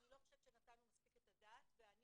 אני חושבת שלא נתנו מספיק את הדעת ואני